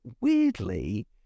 weirdly